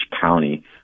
county